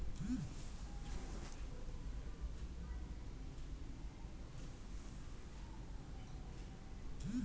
reward crowd fund, equity crowd fund ಎಂಬ ವಿಧಗಳಿವೆ